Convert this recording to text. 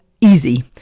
easy